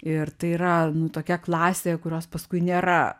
ir tai yra nu tokia klasė kurios paskui nėra